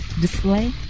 display